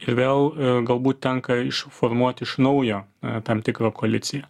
ir vėl galbūt tenka išformuot iš naujo tam tikrą koaliciją